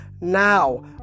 now